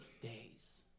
days